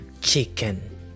Chicken